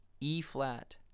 E-flat